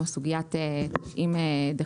כמו סוגיית דקות,